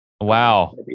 Wow